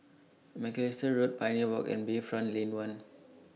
Macalister Road Pioneer Walk and Bayfront Lane one